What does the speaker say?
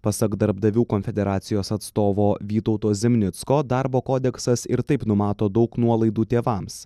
pasak darbdavių konfederacijos atstovo vytauto zimnicko darbo kodeksas ir taip numato daug nuolaidų tėvams